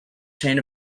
chain